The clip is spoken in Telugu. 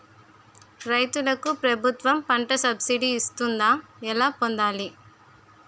రైతులకు ప్రభుత్వం పంట సబ్సిడీ ఇస్తుందా? ఎలా పొందాలి?